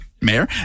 mayor